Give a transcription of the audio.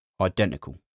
Identical